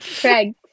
Craig